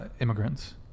immigrants